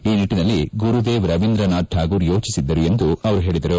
ಈ ನಿಟ್ಲನಲ್ಲಿ ಗುರುದೇವ್ ರವೀಂದ್ರನಾಥ್ ಠಾಗೋರ್ ಯೋಚಿಸಿದ್ದರು ಎಂದು ಹೇಳಿದರು